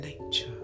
nature